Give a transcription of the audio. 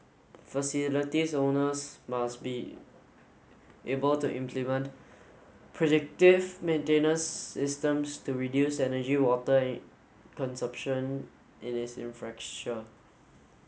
facilities owners must be able to implement predictive maintenance systems to reduce energy water consumption in its